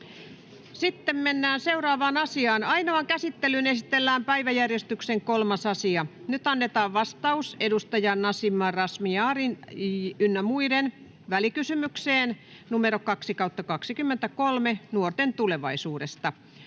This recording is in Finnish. Time: N/A Content: Ainoaan käsittelyyn esitellään päiväjärjestyksen 3. asia. Nyt annetaan vastaus edustaja Nasima Razmyarin ynnä muiden välikysymykseen VK 2/2023 vp nuorten tulevaisuudesta.